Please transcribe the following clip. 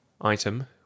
item